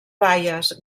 baies